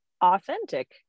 authentic